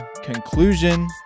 conclusion